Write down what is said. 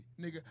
Nigga